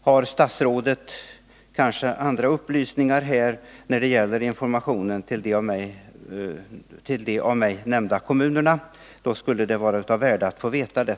Har statsrådet andra upplysningar när det gäller huruvida information från SKBF gått ut till de av mig nämnda kommunerna? I så fall skulle det vara av värde att få veta det.